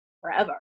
forever